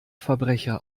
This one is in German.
verbrecher